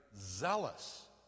zealous